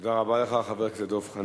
תודה רבה לך, חבר הכנסת דב חנין.